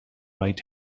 right